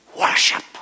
worship